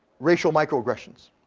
racial microaggressions?